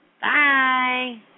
Bye